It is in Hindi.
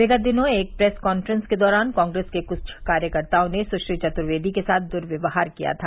विगत दिनों एक प्रेस कांफ्रेंस के दौरान कांग्रेस के कूछ कार्यकर्ताओं ने सुश्री चतुर्वेदी के साथ दुर्व्यवहार किया था